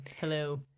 Hello